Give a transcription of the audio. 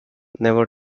never